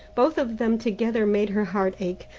both of them together made her heart ache,